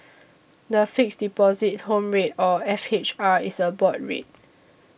the Fixed Deposit Home Rate or F H R is a board rate